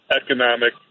economic